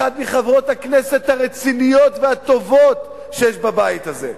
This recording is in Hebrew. אחת מחברות הכנסת הרציניות והטובות בבית הזה,